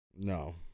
No